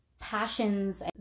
passions